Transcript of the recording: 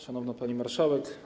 Szanowna Pani Marszałek!